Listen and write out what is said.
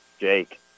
Jake